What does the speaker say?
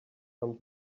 come